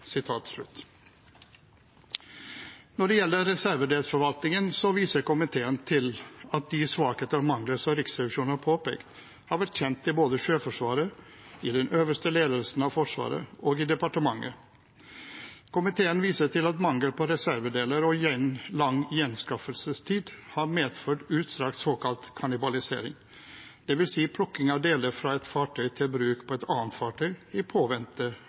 Når det gjelder reservedelsforvaltningen, viser komiteen til at de svakheter og mangler som Riksrevisjonen har påpekt, har vært kjent både i Sjøforsvaret, i den øverste ledelsen av Forsvaret og i departementet. Komiteen viser til at mangel på reservedeler og lang gjenanskaffelsestid har medført utstrakt såkalt kannibalisering, dvs. plukking av deler fra et fartøy til bruk på et annet fartøy, i påvente